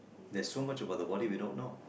there's so much about the body we don't know